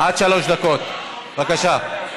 עד שלוש דקות, בבקשה.